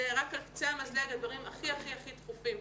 זה רק על קצה המזלג הדברים הכי, הכי, הכי דחופים.